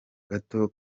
gato